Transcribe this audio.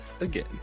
again